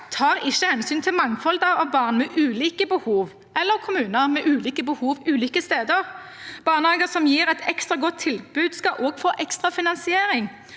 tar ikke hensyn til mangfoldet av barn med ulike behov eller kommuner med ulike behov ulike steder. Barnehager som gir et ekstra godt tilbud, skal også få ekstra finansiering.